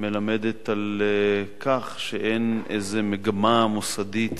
מלמדת על כך שאין איזו מגמה מוסדית